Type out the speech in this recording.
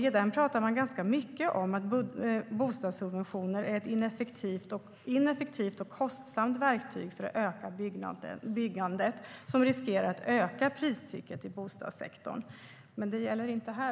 I den pratar man ganska mycket om att bostadssubventioner är ett ineffektivt och kostsamt verktyg för att öka byggandet, som riskerar att öka pristrycket i bostadssektorn. Men det gäller då inte här.